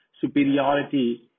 superiority